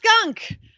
skunk